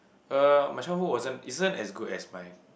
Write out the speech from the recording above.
uh my childhood wasn't isn't as good as mine